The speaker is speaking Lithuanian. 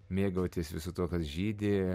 mėgautis visu tuo kas žydi